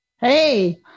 Hey